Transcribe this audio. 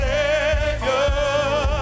Savior